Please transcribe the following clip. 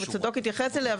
וצדוק התייחס אליה,